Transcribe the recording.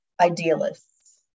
idealists